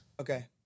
Okay